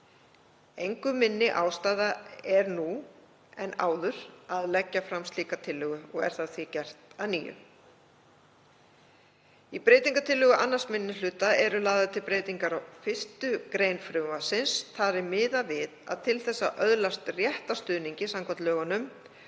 Engu minni ástæða er nú en áður að leggja fram slíka tillögu og er það því gert að nýju. Í breytingartillögu 2. minni hluta eru lagðar til breytingar á 1. gr. frumvarpsins. Þar er miðað við að til þess að öðlast rétt á stuðningi samkvæmt lögunum